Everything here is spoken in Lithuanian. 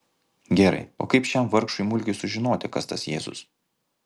gerai o kaip šiam vargšui mulkiui sužinoti kas tas jėzus